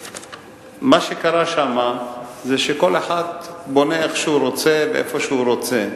ומה שקרה שם זה שכל אחד בונה איך שהוא רוצה ואיפה שהוא רוצה.